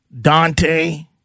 Dante